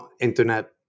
internet